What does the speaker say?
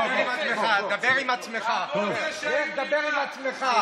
דבר עם עצמך, דבר עם עצמך.